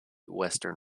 western